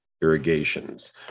irrigations